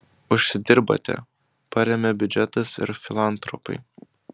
užsidirbate paremia biudžetas ar filantropai